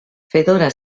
fedora